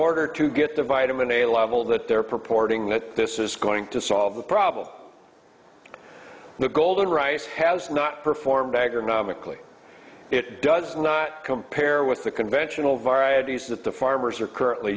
order to get the vitamin a level that they're purporting that this is going to solve the problem the golden rice has not performed economically it does not compare with the conventional varieties that the farmers are currently